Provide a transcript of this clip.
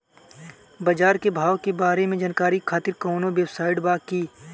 बाजार के भाव के बारे में जानकारी खातिर कवनो वेबसाइट बा की?